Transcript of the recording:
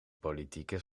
politieke